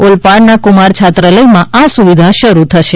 ઓલપાડના કુમાર છાત્રાલયમાં આ સુવિધા શરૂ થશે